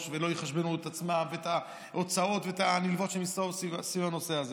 ולא יחשבנו את עצמם ואת ההוצאות הנלוות סביב הנושא הזה.